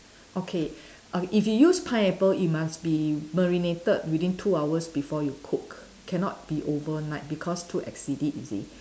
okay uh if you use pineapple it must be marinated within two hours before you cook cannot be overnight because too acidic you see